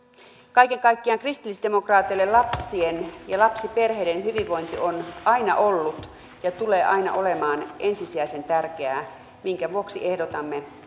kaiken kaikkiaan kristillisdemokraateille lapsien ja lapsiperheiden hyvinvointi on aina ollut ja tulee aina olemaan ensisijaisen tärkeää minkä vuoksi ehdotamme